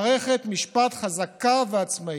חברה לא דמוקרטית אחת שבה קיימת מערכת משפט חזקה ועצמאית.